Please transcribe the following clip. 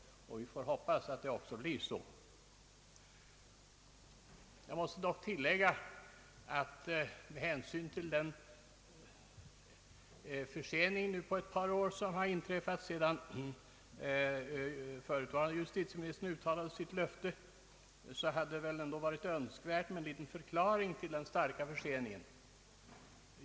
Vi får hoppas att det också blir så. Med hänsyn till den försening på ett par år som inträffat sedan förutvarande justitieministern uttalade sitt löfte hade det väl ändå varit önskvärt med en liten förklaring till den starka förseningen.